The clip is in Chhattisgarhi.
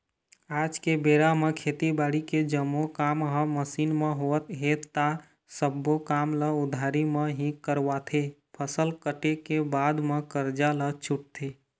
आज के बेरा म खेती बाड़ी के जम्मो काम ह मसीन म होवत हे ता सब्बो काम ल उधारी म ही करवाथे, फसल कटे के बाद म करजा ल छूटथे